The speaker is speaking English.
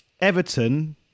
Everton